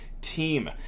team